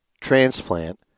transplant